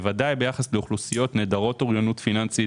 בוודאי ביחס לאוכלוסיות נעדרות אוריינות פיננסית